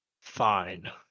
fine